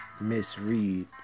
misread